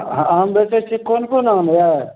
अहाँ आम बेचैत छियै कोन कोन आम यऽ